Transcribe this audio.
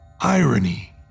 irony